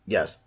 Yes